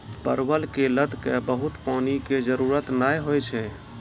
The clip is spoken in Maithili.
परवल के लत क बहुत पानी के जरूरत नाय होय छै